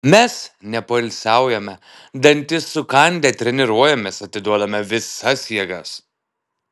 mes nepoilsiaujame dantis sukandę treniruojamės atiduodame visas jėgas